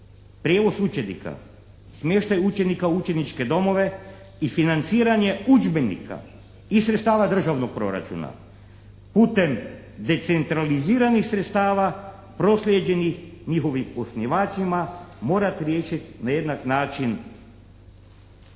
prijevoz učenika, smještaj učenika u učeničke domove i financiranje udžbenika iz sredstava državnog proračuna putem decentraliziranih sredstava proslijeđenih njihovim osnivačima morat riješit na jednak način